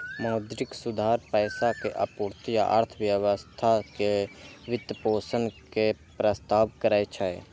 मौद्रिक सुधार पैसा के आपूर्ति आ अर्थव्यवस्था के वित्तपोषण के प्रस्ताव करै छै